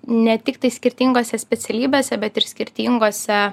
ne tiktai skirtingose specialybėse bet ir skirtingose